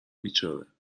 بیچاره